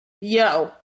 Yo